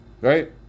Right